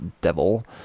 devil